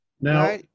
Now